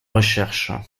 recherche